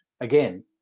again